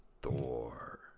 Thor